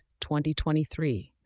2023